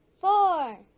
four